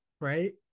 right